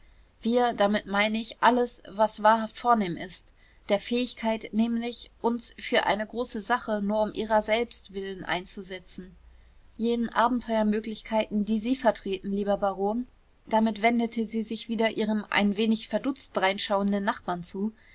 wir damit meine ich alles was wahrhaft vornehm ist der fähigkeit nämlich uns für eine große sache nur um ihrer selbst willen einzusetzen jenen abenteuermöglichkeiten die sie vertreten lieber baron damit wendete sie sich wieder ihrem ein wenig verdutzt dreinschauenden nachbarn zu